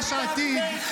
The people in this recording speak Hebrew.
זה גדול המסיתים.